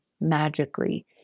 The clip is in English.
magically